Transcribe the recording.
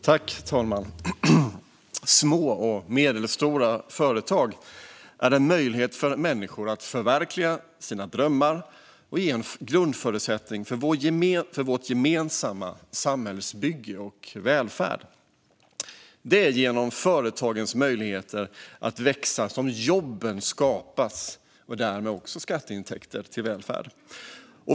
Herr talman! Små och medelstora företag utgör möjligheter för människor att förverkliga sina drömmar och är en grundförutsättning för vårt gemensamma samhällsbygge och vår välfärd. Det är genom företagens möjligheter att växa som jobb skapas och därmed också skatteintäkter till välfärd.